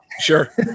Sure